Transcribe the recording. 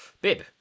Bib